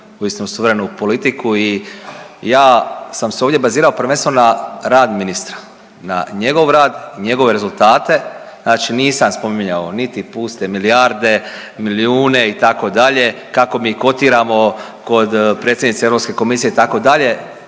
uistinu suverenu politiku. I ja sam se ovdje bazirao prvenstveno na rad ministra na njegov rad, njegove rezultate. Znači nisam spominjao niti puste milijarde, milijune itd., kako mi kotiramo kod predsjednice Europske komisije itd.